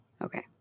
Okay